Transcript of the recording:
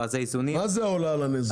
מה זה עולה על הנזק?